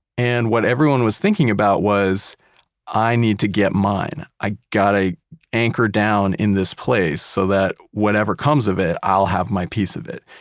and what everyone was thinking about was i need to get mine. i got an anchor down in this place so that whatever comes of it, i'll have my piece of it.